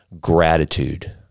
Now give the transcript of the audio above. gratitude